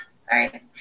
sorry